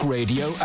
Radio